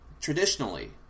traditionally